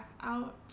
out